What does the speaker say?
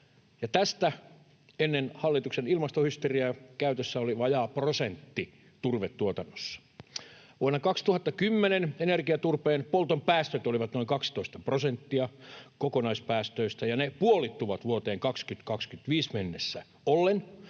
tästä ennen hallituksen ilmastohysteriaa käytössä oli vajaa prosentti turvetuotannossa. Vuonna 2010 energiaturpeen polton päästöt olivat noin 12 prosenttia kokonaispäästöistä, ja ne puolittuvat vuoteen 2025 mennessä ollen